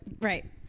Right